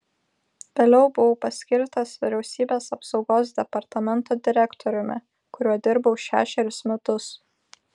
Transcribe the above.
vėliau buvau paskirtas vyriausybės apsaugos departamento direktoriumi kuriuo dirbau šešerius metus